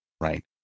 Right